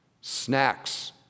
snacks